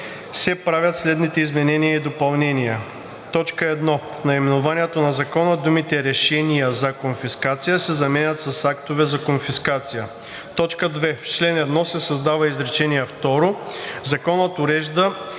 се правят следните изменения и допълнения: 1. В наименованието на закона думите „решения за конфискация“ се заменят с „актове за конфискация“. 2. В чл. 1 се създава изречение второ: „Законът урежда